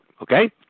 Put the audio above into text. Okay